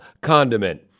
condiment